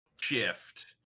shift